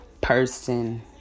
person